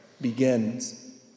begins